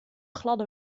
gladde